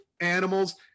animals